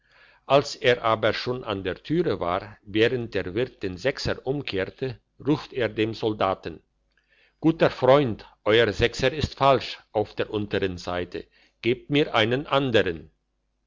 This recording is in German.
als er aber schon an der türe war während der wirt den sechser umkehrte ruft er dem soldaten guter freund euer sechser ist falsch auf der untern seite gebt mir einen andern